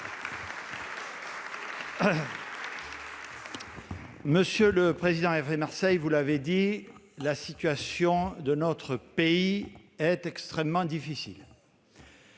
Monsieur le président Hervé Marseille, vous l'avez dit, la situation de notre pays est extrêmement difficile.